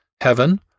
heaven